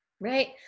Right